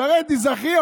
שרן, תיזכרי.